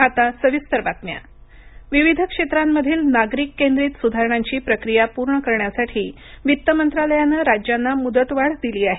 आर्थिक सधारणा विविध क्षेत्रांमधील नागरिक केंद्रित सुधारणांची प्रक्रिया पूर्ण करण्यासाठी वित्त मंत्रालयानं राज्यांना मुदतवाढ दिली आहे